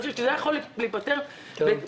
כשזה היה יכול להיפתר בקטן.